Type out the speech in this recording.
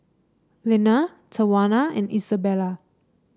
Lenna Tawana and Isabela